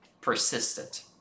persistent